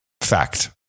Fact